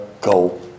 go